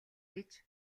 гэж